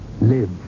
live